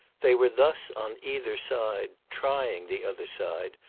they were thus, on either side, trying the other side,